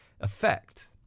effect